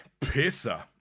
pisser